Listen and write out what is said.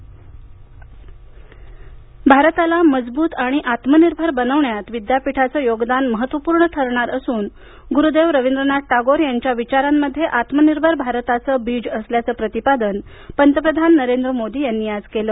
मोदी भारताला मजबूत आणि आत्मनिर्भर बनवण्यात विद्यापीठाचं योगदान महत्त्वपूर्ण ठरणार असून गुरुदेव रवींद्रनाथ टागोर यांच्या विचारांमध्ये आत्मनिर्भर भारताचं बीज असल्याचं प्रतिपादन पंतप्रधान नरेंद्र मोदी यांनी आज केलं